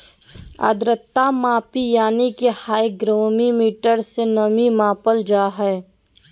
आद्रता मापी यानी कि हाइग्रोमीटर से नमी मापल जा हय